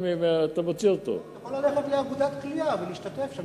הוא יכול ללכת לאגודת קליעה ולהשתתף שם,